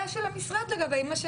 המשרד.